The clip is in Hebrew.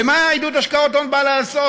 ומה עידוד השקעות הון בא לעשות?